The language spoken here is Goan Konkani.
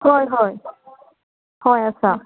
हय हय हय आसा